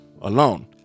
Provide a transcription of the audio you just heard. alone